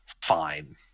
fine